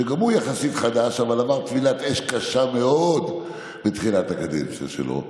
שגם הוא יחסית חדש אבל עבר טבילת אש קשה מאוד בתחילת הקדנציה שלו.